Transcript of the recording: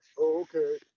okay